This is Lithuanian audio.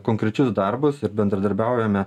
konkrečius darbus ir bendradarbiaujame